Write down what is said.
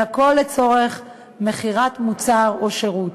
והכול לצורך מכירת מוצר או שירות.